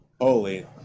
Holy